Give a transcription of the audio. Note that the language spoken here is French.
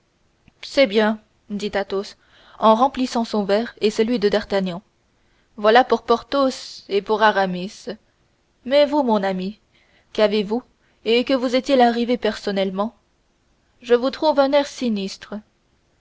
c'est bien dit athos en remplissant son verre et celui de d'artagnan voilà pour porthos et pour aramis mais vous mon ami qu'avez-vous et que vous est-il arrivé personnellement je vous trouve un air sinistre